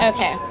Okay